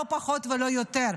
לא פחות ולא יותר.